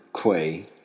Quay